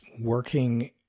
working